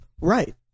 Right